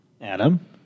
Adam